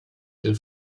den